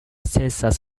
census